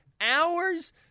hours